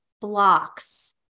blocks